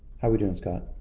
how are we doing scott?